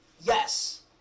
yes